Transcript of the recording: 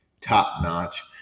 top-notch